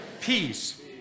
Peace